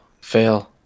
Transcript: fail